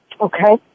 Okay